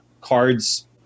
cards